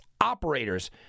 operators